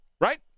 right